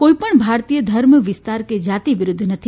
કોઇપણ ભારતીય ધર્મ વિસ્તાર કે જાતિ વિરૂદ્ધ નથી